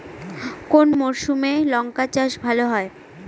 কোন মরশুমে লঙ্কা চাষ ভালো হয়?